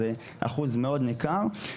זה אחוז מאוד ניכר.